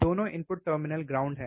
दोनों input terminal ground है